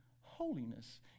holiness